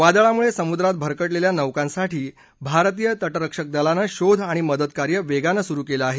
वादळामुळे समुद्रात भरकटलेल्या नौकांसाठी भारतीय तटरक्षक दलानं शोध आणि मदतकार्य वेगानं सुरू केलं आहे